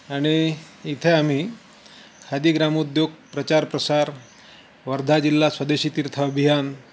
आणि इथे आम्ही खादी ग्रामउद्योग प्रचार प्रसार वर्धा जिल्हा स्वदेशी तीर्थ अभियान